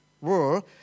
World